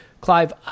Clive